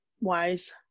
wise